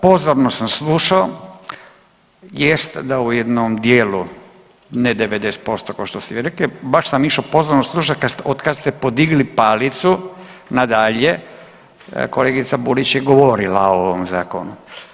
Pozorno sam slušao, jest da u jednom dijelu ne 90% kao što ste vi rekli, baš sam išao pozorno slušati od kad ste podigli palicu na dalje, kolegica Burić je govorila o ovom zakonu.